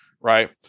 right